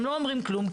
הם לא אומרים כלום,